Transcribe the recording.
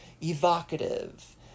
evocative